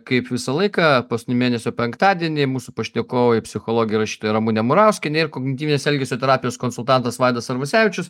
kaip visą laiką paskutinį mėnesio penktadienį mūsų pašnekovai psichologė rašytoja ramunė murauskienė ir kognityvinės elgesio terapijos konsultantas vaidas arvasevičius